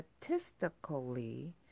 statistically